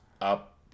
up